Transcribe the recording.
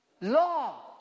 law